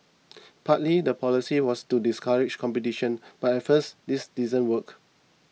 partly the policy was to discourage competition but at first this didn't work